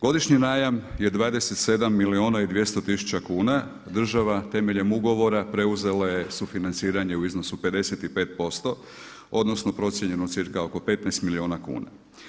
Godišnji najam je 27 milijuna i 200 tisuća kuna, država temeljem ugovora preuzela je sufinanciranje u iznosu 55% odnosno procijenjeno cca oko 15 milijuna kuna.